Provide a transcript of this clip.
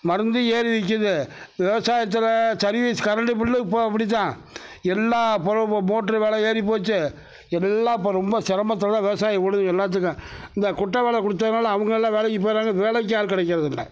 மருந்தும் ஏறி நிக்குது விவசாயத்துல சர்வீஸ் கரெண்ட்டு பில்லும் இப்போது அப்படிதான் எல்லா மோட்ரு வெலை ஏறி போச்சு எல்லாம் இப்போ ரொம்ப சிரமத்துல விவசாயம் ஓடுது எல்லாத்துக்கும் இந்த குட்டை வேல கொடுத்தனால அவங்க நல்ல வேலைக்கு போயிடுறாங்க வேலைக்கு ஆள் கிடைக்கிறதில்ல